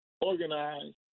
organize